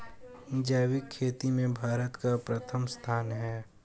जैविक खेती में भारत का प्रथम स्थान है